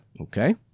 Okay